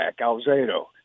Alzado